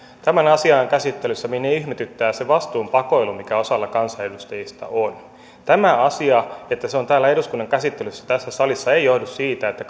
tämän asian käsittelyssä minua ihmetyttää se vastuun pakoilu mikä osalla kansanedustajista on tämä asia että se on täällä eduskunnan käsittelyssä tässä salissa ei johdu siitä että